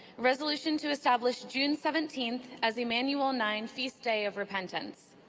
resolution to establish june seventeen as emmanuel nine feast day of repentance.